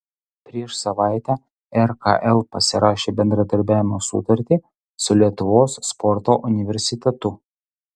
prieš savaitę rkl pasirašė bendradarbiavimo sutartį su lietuvos sporto universitetu